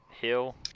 Hill